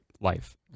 life